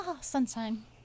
sunshine